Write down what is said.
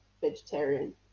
vegetarian